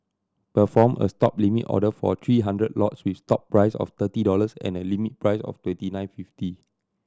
perform a Stop limit order for three hundred lots with stop price of thirty dollars and a limit price of twenty nine fifty